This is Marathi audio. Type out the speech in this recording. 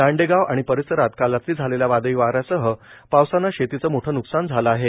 दांडेगाव आणि परिसरात काल रात्री झालेल्या वादळी वाऱ्यासह पावसाने शेतीचे मोठे न्कसान झाले आहे